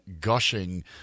gushing